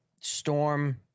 storm